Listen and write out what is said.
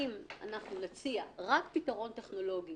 אם אנחנו נציע רק פתרון טכנולוגי